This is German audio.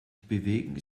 bewegen